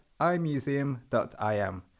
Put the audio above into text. imuseum.im